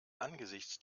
angesichts